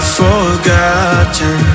forgotten